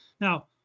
Now